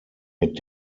mit